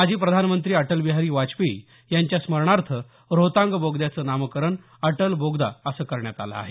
माजी प्रधानमंत्री अटलबिहारी वाजपेयी यांच्या स्मरणार्थ रोहतांग बोगद्याचं नामकरण अटल बोगदा करण्यात आलं आहे